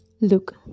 Look